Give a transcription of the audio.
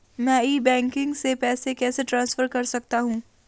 मैं e banking से पैसे कैसे ट्रांसफर कर सकता हूं?